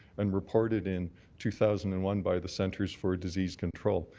and reported in two thousand and one by the centres for disease control.